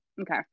okay